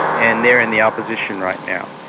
and they are in the opposition right now.